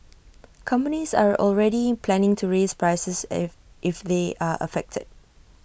companies are already planning to raise prices if if they are affected